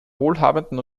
wohlhabenden